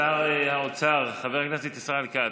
שר האוצר, חבר הכנסת ישראל כץ.